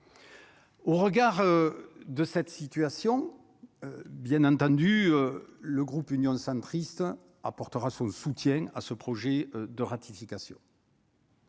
Au regard de cette situation, bien entendu, le groupe Union centriste apportera son soutien à ce projet de ratification.